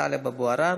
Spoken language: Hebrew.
טלב אבו עראר,